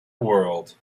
world